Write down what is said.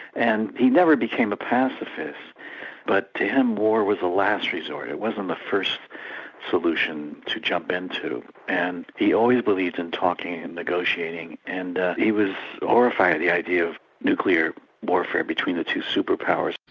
and he never became a pacifist but to him war was a last resort, it wasn't the first solution to jump into and he always believed in talking and negotiating, and he was horrified at the idea of nuclear warfare between the two superpowers.